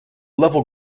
level